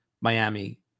miami